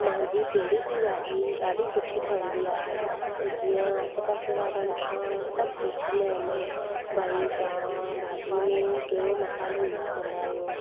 मुंहिंजी कहिड़ी बि भाॼी ॾाढी सुठी ठहंदी आहे त जीअं आड़े पाड़े वारा मूंखां सभु पुछंदा आहिनि भई तव्हां भाॼीअ में कहिड़ो मसालो यूस कंदा आहियो